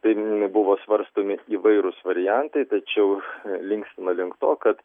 tai buvo svarstomi įvairūs variantai tačiau linkstama link to kad